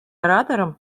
ораторам